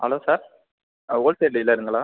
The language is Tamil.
hello sir wholesale டீலருங்களா